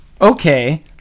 okay